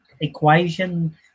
equation